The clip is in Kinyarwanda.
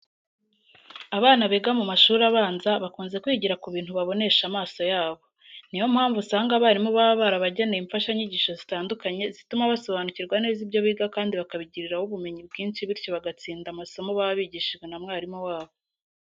Abana biga mu mashuri abanza bakunze kwigira ku bintu babonesha amaso yabo. Niyo mpamvu usanga abarimu baba barabageneye imfashanyigisho zitandukanye zituma basobanukirwa neza ibyo biga kandi bakabigiraho ubumenyi bwinshi bityo bagatsinda amasomo baba bigishijwe n'amarimu wabo.